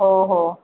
हो हो